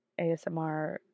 ASMR